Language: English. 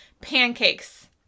pancakes